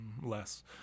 less